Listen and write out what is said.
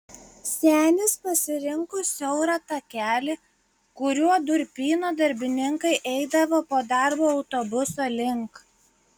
senis pasirinko siaurą takelį kuriuo durpyno darbininkai eidavo po darbo autobuso link